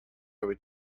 would